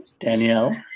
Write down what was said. Danielle